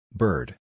bird